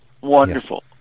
Wonderful